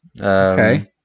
Okay